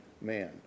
man